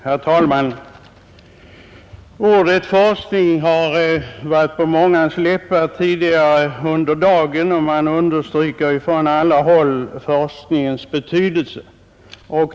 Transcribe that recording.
Herr talman! Ordet forskning har varit på mångas läppar tidigare under dagen, och man understryker från alla håll forskningens betydelse.